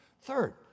Third